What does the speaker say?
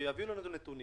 שיביאו נתונים